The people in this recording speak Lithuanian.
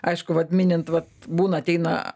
aišku vat minint vat būna ateina